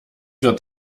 wird